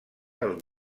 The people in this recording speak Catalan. als